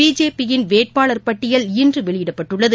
பிஜேபியின் வேட்பாளர் பட்டியல் இன்றுவெளியிடப்பட்டுள்ளது